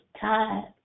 time